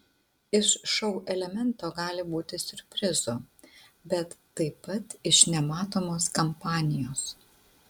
iš šou elemento gali būti siurprizų bet taip pat iš nematomos kampanijos